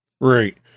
Right